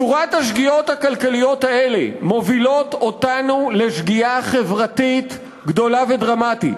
שורת השגיאות הכלכליות האלה מובילה אותנו לשגיאה חברתית גדולה ודרמטית,